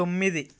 తొమ్మిది